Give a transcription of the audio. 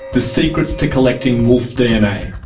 the secrets to collecting wolf dna.